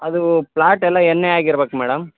ಅದು ಫ್ಲಾಟ್ ಎಲ್ಲ N A ಆಗಿರ್ಬೇಕು ಮೇಡಮ್